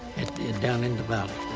down in the mouth.